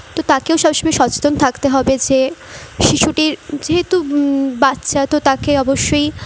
তো তাকেও সবসময় সচেতন থাকতে হবে যে শিশুটির যেহেতু বাচ্চা তো তাকে অবশ্যই